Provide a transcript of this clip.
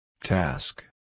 Task